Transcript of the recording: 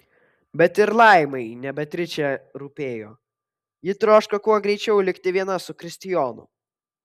bet ir laimai ne beatričė rūpėjo ji troško kuo greičiau likti viena su kristijonu